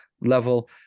level